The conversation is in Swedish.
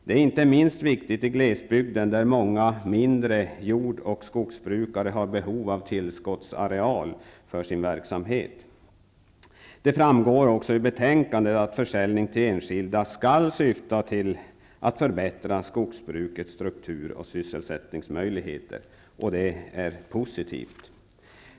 Det är inte minst viktigt i glesbygd, där många mindre jord och skogsbrukare har behov av tillskottsareal för sin verksamhet. Det framgår även i betänkandet att försäljning till enskilda skall syfta till att förbättra skogsbrukets struktur och sysselsättningsmöjligheter, vilket är positivt.